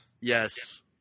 Yes